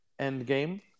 Endgame